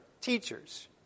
teachers